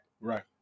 Right